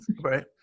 Right